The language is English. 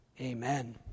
Amen